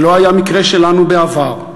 זה לא היה המקרה שלנו בעבר.